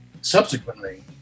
subsequently